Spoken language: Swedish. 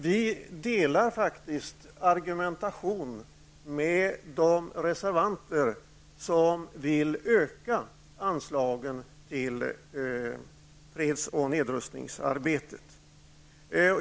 Vi delar faktiskt argumentation med de reservanter som vill öka anslagen till freds och nedrustningsarbetet.